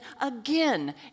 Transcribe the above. again